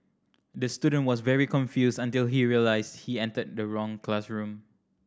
the student was very confused until he realised he entered the wrong classroom